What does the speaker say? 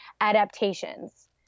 adaptations